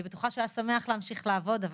אני בטוחה שהוא היה שמח להמשיך לעבוד בה,